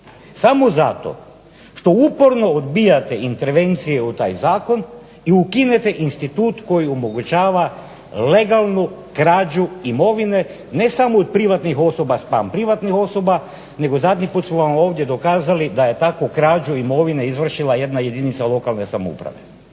samo zato što uporno odbijate intervencije u taj zakon i ukinete institut koji omogućava legalnu krađu imovine ne samo od privatnih osoba spram privatnih osoba, nego zadnji puta smo vam ovdje dokazali da je takvu krađu imovine izvršila jedna jedinca lokalne samouprave.